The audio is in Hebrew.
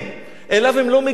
אליו הם לא מגיעים.